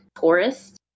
Tourist